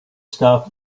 stop